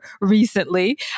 recently